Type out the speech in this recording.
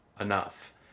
enough